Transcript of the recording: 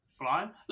Flying